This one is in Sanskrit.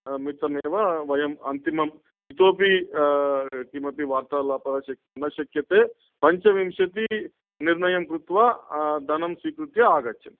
मोत्तमेव वयम् अन्तिमम् इतोपि किमपि वार्तालापः न शक्यते पञ्चविंशतिः निर्णयं कृत्वा धनं स्वीकृत्य आगच्छन्तु